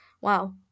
Wow